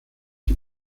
die